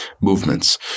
movements